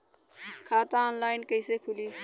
खाता ऑनलाइन कइसे खुली?